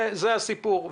זה הסיפור.